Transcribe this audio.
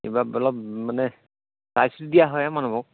কিবা অলপ মানে চাই চিটি দিয়া হয় আৰু মানুহক